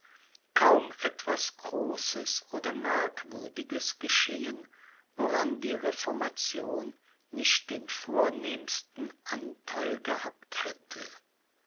kaum etwas großes und merkwürdiges geschehen woran die reformation nicht den vornehmsten antheil gehabt hätte